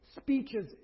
speeches